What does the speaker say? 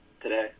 today